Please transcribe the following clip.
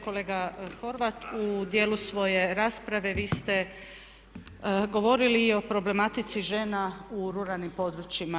Kolega Horvat, u dijelu svoje rasprave, vi ste govorili o problematici žena u ruralnim područjima.